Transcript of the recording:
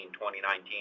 2019